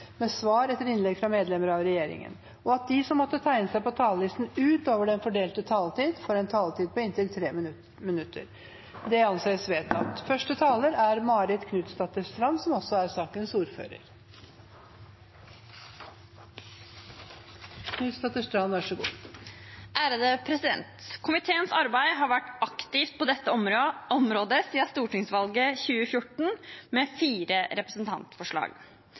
med svar etter innlegg fra medlemmer av regjeringen, og at de som måtte tegne seg på talerlisten utover den fordelte taletid, får en taletid på inntil 3 minutter. – Det anses vedtatt.